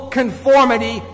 conformity